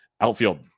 Outfield